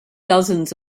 dozens